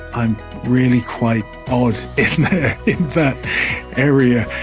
i'm really quite odd in that area,